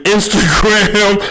Instagram